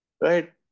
right